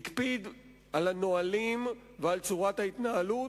הקפיד על הנהלים ועל צורת ההתנהלות.